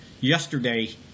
yesterday